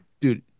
Dude